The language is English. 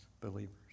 believers